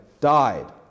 died